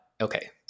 Okay